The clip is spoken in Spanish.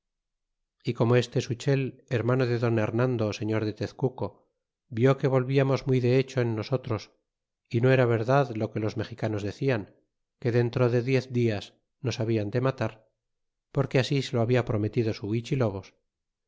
y como este suchel hermano de don hernando señor de tezcuco vi que volviarnos muy de hecho en nosotros y no era verdad lo que los mexicanos decian que dentro de diez dias nos habian de matar porque así se lo habia prometido su